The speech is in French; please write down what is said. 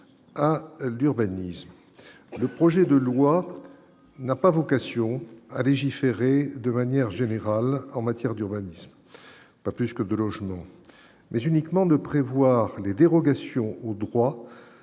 à l'urbanisme, le projet de loi n'a pas vocation à légiférer de manière générale, en matière d'urbanisme, pas plus que de chaude mais uniquement de prévoir des dérogations ou droit